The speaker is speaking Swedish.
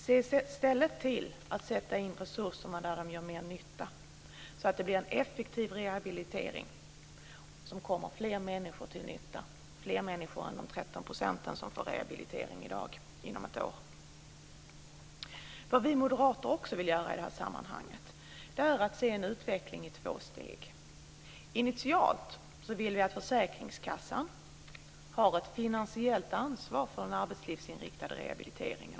Se i stället till att sätta in resurserna där de gör mer nytta, så att det blir en effektiv rehabilitering som kommer fler människor till nytta, fler än de 13 % som nu får rehabilitering inom ett år. Vi moderater vill också se en utveckling i två steg. Initialt vill vi att försäkringskassan ska ha ett finansiellt ansvar för den arbetslivsinriktade rehabiliteringen.